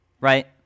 Right